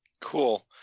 Cool